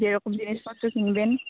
যেরকম জিনিসপত্র কিনবেন